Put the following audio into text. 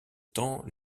temps